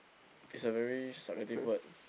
is a very subjective word